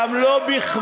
גם לא בכבודו,